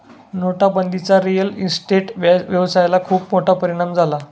नोटाबंदीचा real estate व्यवसायाला खूप मोठा परिणाम झाला